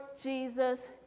Jesus